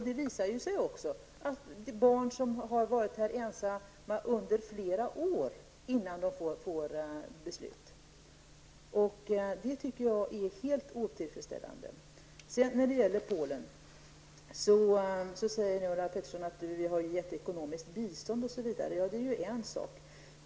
Det har också visat sig att barn har varit ensamma här i Sverige under flera år innan man fattat beslut. Det tycker jag är helt otillfredsställande. När det gäller Polen säger Ulla Pettersson att det givits ekonomiskt bistånd osv. Ja, det är ju en sak.